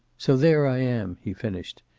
so there i am, he finished.